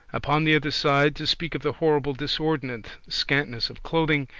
upon the other side, to speak of the horrible disordinate scantness of clothing,